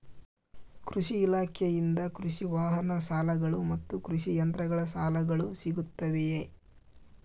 ಕೃಷಿ ಇಲಾಖೆಯಿಂದ ಕೃಷಿ ವಾಹನ ಸಾಲಗಳು ಮತ್ತು ಕೃಷಿ ಯಂತ್ರಗಳ ಸಾಲಗಳು ಸಿಗುತ್ತವೆಯೆ?